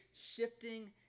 shifting